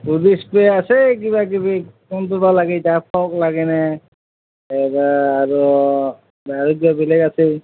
body spray আছে কিবা কিবি কোনটোবা লাগে এতিয়া ফগ লাগেনে আৰু আৰু কিবা বেলেগ আছে